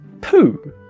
Poo